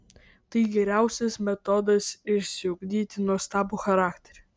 tai geriausias metodas išsiugdyti nuostabų charakterį